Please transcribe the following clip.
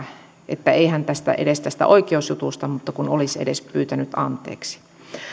että ei hän edes tästä oikeusjutusta mutta kun olisi edes pyytänyt anteeksi